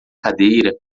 cadeira